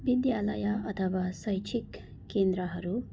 विद्यालय अथवा शैक्षिक केन्द्रहरू